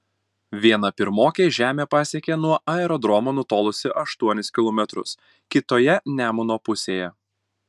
viena pirmokė žemę pasiekė nuo aerodromo nutolusi aštuonis kilometrus kitoje nemuno pusėje